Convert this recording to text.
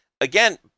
again